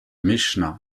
mishnah